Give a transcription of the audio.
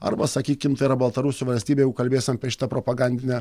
arba sakykim tai yra baltarusių valstybė jeigu kalbėsim apie šitą propagandinę